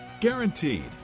Guaranteed